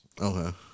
Okay